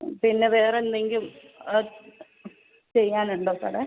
പിന്നെ വേറെ എന്തെങ്കിലും ചെയ്യാനുണ്ടോ സാറെ